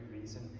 reason